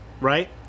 right